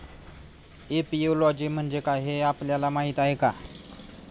Apiology म्हणजे काय, हे आपल्याला माहीत आहे का?